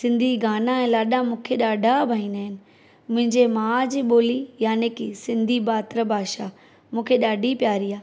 सिन्धी गाना ऐं लाॾा मूंखे ॾाढा भाईंदा आहिनि मुंहिंजी मां जी ॿोली यानी की सिन्धी मात्रभाषा मूंखे ॾाढी प्यारी आहे